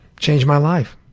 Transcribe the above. changed my life.